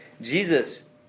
Jesus